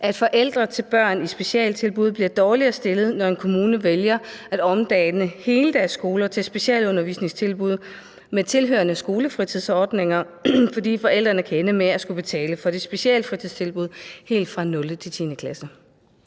at forældre til børn i specialtilbud bliver dårligere stillet, når en kommune vælger at omdanne heldagsskoler til specialundervisningstilbud med tilhørende skolefritidsordninger, fordi forældrene kan ende med at skulle betale for de specialfritidstilbud helt fra 0. til 10. klasse?